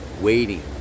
waiting